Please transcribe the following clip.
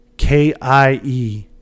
K-I-E